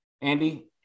Andy